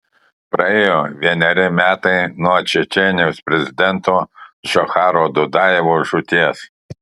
praėjo vieneri metai nuo čečėnijos prezidento džocharo dudajevo žūties